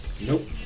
Nope